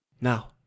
now